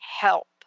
help